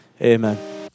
amen